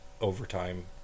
overtime